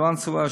קלנסואה,